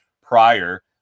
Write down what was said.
prior